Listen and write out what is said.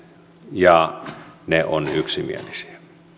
ja ne ovat yksimielisiä